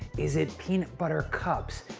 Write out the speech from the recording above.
is it peanut butter cups?